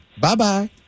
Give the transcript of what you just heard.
Bye-bye